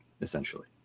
essentially